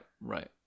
right